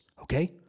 Okay